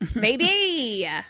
baby